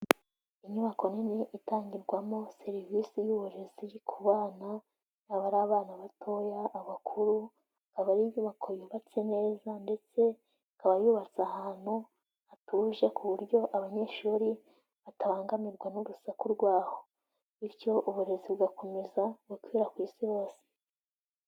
Inyubako nini itangirwamo serivisi y'uburezi ku bana, baba ari abana batoya, abakuru, aba ari inyubako yubatse neza; ndetse ikaba yubatse ahantu hatuje, ku buryo abanyeshuri batabangamirwa n'urusaku rwaho. Bityo uburezi bugakomeza gukwira ku isi hose.